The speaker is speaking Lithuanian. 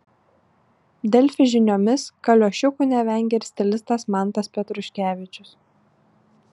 delfi žiniomis kaliošiukų nevengia ir stilistas mantas petruškevičius